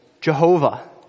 Jehovah